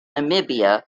namibia